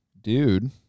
dude